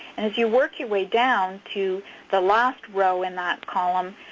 and if you work your way down to the last row in that column,